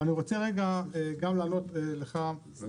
אני רוצה גם לענות לך, חבר הכנסת מקלב.